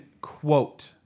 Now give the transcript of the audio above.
quote